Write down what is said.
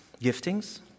giftings